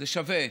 זה שווה.